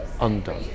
undone